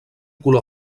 color